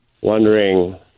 wondering